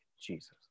Jesus